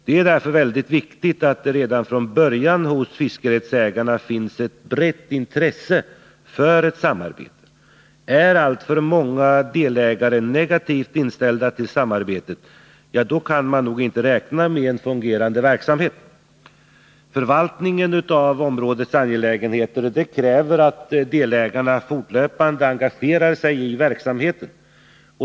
Det är därför väldigt viktigt att det redan från början hos fiskerättsägarna finns ett brett intresse för ett samarbete. Är alltför många delägare negativt inställda till samarbetet kan man inte räkna med fungerande verksamhet. Förvaltningen av områdets angelägenheter kräver att delägarna fortlöpande engagerar sig i verksamheten.